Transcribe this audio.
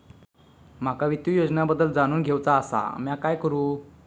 माका वित्तीय योजनांबद्दल जाणून घेवचा आसा, म्या काय करू?